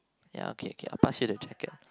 ya okay okay I'll pass you the jacket